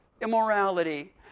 immorality